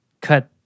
cut